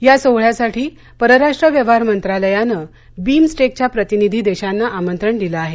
या सोहळ्यासाठी परराष्ट्र व्यवहार मंत्रालयानं बीमस्टेकच्या प्रतिनिधी देशांना आमंत्रण दिलं आहे